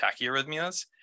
tachyarrhythmias